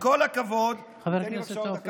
אך עם כל הכבוד, חבר הכנסת עופר כסיף.